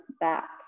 back